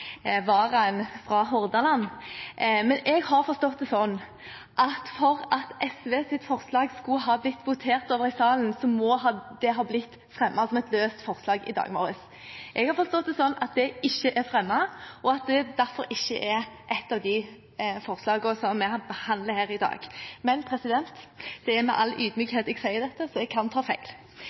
fra Hordaland – men jeg har forstått det sånn at for at SVs forslag skulle ha blitt votert over i salen, måtte det ha blitt fremmet som et løst forslag i dag morges. Jeg har forstått det sånn at det ikke er fremmet, og at det derfor ikke er et av de forslagene som vi behandler her i dag. Men det er med all ydmykhet jeg sier dette, jeg kan ta feil.